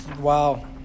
Wow